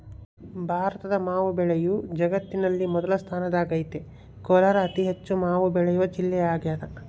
ಭಾರತದ ಮಾವು ಬೆಳೆಯು ಜಗತ್ತಿನಲ್ಲಿ ಮೊದಲ ಸ್ಥಾನದಾಗೈತೆ ಕೋಲಾರ ಅತಿಹೆಚ್ಚು ಮಾವು ಬೆಳೆವ ಜಿಲ್ಲೆಯಾಗದ